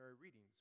readings